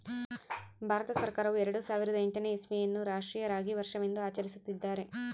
ಭಾರತ ಸರ್ಕಾರವು ಎರೆಡು ಸಾವಿರದ ಎಂಟನೇ ಇಸ್ವಿಯನ್ನು ಅನ್ನು ರಾಷ್ಟ್ರೀಯ ರಾಗಿ ವರ್ಷವೆಂದು ಆಚರಿಸುತ್ತಿದ್ದಾರೆ